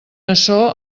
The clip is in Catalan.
açò